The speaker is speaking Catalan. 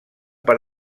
per